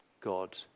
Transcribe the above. God